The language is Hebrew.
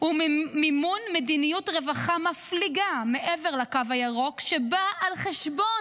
ומימון מדיניות רווחה מפליגה מעבר לקו הירוק שבא על חשבון